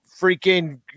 freaking